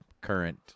current